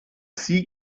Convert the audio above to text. sie